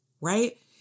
Right